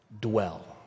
dwell